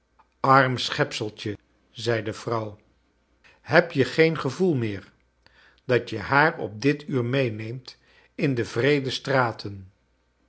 arm schepseltje zei de vrouw heb j e geen gevoel meer dat j e haar op dit uur meeneemt in de wreede straten